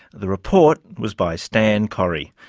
the report was by stan correy.